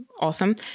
awesome